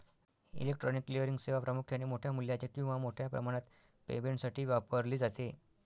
electronic clearing सेवा प्रामुख्याने मोठ्या मूल्याच्या किंवा मोठ्या प्रमाणात पेमेंटसाठी वापरली जाते